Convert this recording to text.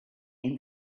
and